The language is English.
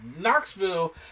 Knoxville